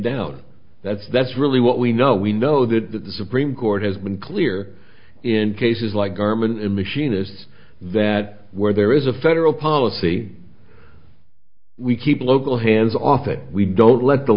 down that's that's really what we know we know that the supreme court has been clear in cases like garment and machinists that where there is a federal policy we keep local hands off it we don't let the